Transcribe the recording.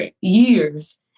years